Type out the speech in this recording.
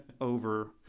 over